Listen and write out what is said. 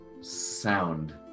sound